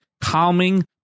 calming